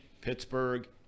Pittsburgh